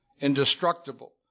indestructible